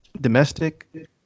domestic